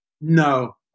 No